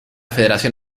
federación